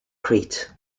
crete